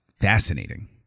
fascinating